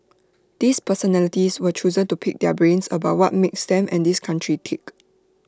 these personalities were chosen to pick their brains about what makes them and this country tick